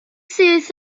syth